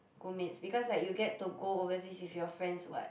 school mates because like you get to go overseas with your friends what